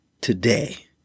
today